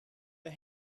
the